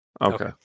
Okay